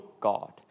God